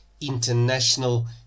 international